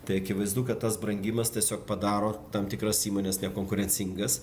tai akivaizdu kad tas brangimas tiesiog padaro tam tikras įmones nekonkurencingas